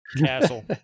castle